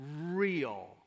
real